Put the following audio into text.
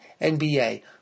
NBA